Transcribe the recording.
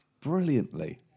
brilliantly